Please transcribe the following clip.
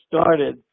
started